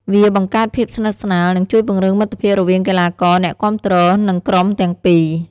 វាបង្កើតភាពស្និទ្ធស្នាល និងជួយពង្រឹងមិត្តភាពរវាងកីឡាករ អ្នកគាំទ្រ និងក្រុមទាំងពីរ។